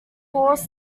halls